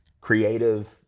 creative